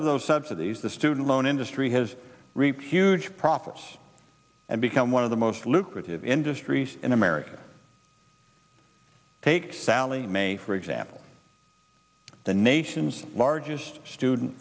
of those subsidies the student loan industry has reaped huge profits and become one of the most lucrative industries in america take sallie mae for example the nation's largest student